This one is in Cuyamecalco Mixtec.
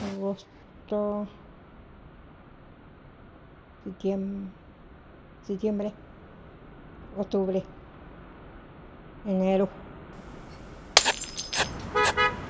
agosto setiebre otubre enéro.